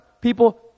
people